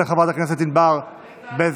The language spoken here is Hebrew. ולחברת הכנסת ענבר בזק,